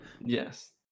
Yes